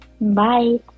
bye